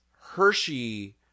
Hershey